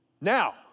Now